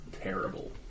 terrible